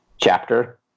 chapter